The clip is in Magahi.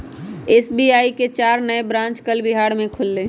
एस.बी.आई के चार नए ब्रांच कल बिहार में खुलय